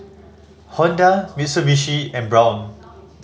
Honda Mitsubishi and Braun